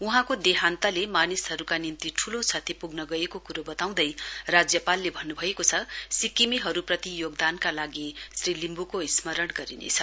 वहाँको देहान्तले मानिसहरूका निम्ति ठूलो क्षति पुग्न गएको कुरो बताउँदै राज्यपालले भन्नु भएको छ सिक्किमेहरूप्रति योगदानका लागि श्री लिम्बुको स्मरण गरिनेछ